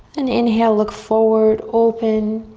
and inhale look forward, open.